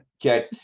Okay